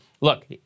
Look